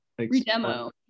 Redemo